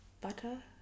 butter